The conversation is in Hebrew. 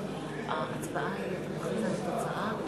עסקה לתקופה קצובה),